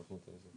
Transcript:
במקרה הזה,